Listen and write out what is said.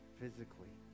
physically